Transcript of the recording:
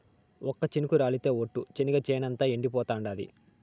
ఒక్క చినుకు రాలితె ఒట్టు, చెనిగ చేనంతా ఎండిపోతాండాది